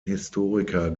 historiker